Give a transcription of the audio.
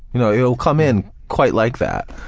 you know it'll come in quite like that.